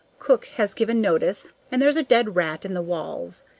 cook has given notice, and there's a dead rat in the walls.